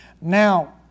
Now